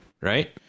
Right